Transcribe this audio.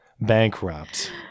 bankrupt